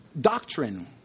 Doctrine